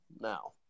Now